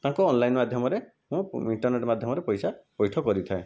ତାଙ୍କୁ ଅନଲାଇନ୍ ମାଧ୍ୟମରେ ମୁଁ ଇଣ୍ଟରନେଟ୍ ମାଧ୍ୟମରେ ପଇସା ପୈଠ କରିଥାଏ